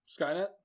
Skynet